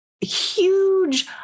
Huge